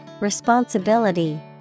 responsibility